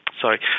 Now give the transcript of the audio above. Sorry